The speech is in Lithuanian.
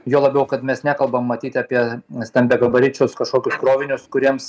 juo labiau kad mes nekalbam matyt apie stambiagabaričius kašokius krovinius kuriems